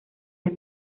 del